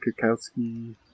Kukowski